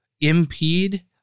impede